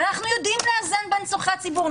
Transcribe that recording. ואנחנו יודעים לאזן בין צורכי הציבור.